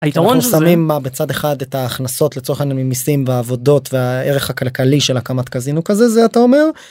היתרון. שמים בצד אחד את ההכנסות, לצורך העניין, ממיסים ועבודות והערך הכלכלי של הקמת קזינו כזה, זה אתה אומר.